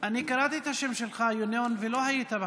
אני קראתי את השם שלך, ינון, ולא היית בהתחלה,